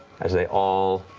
as they all